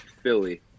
Philly